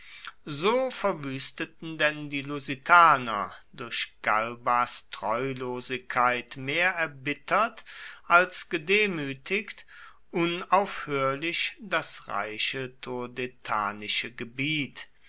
so verwüsteten denn die lusitaner durch galbas treulosigkeit mehr erbittert als gedemütigt unaufhörlich das reiche turdetanische gebiet